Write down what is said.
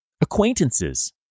acquaintances